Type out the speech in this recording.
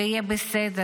ויהיה בסדר,